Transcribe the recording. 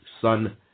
sun